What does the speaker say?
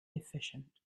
efficient